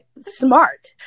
smart